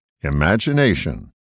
imagination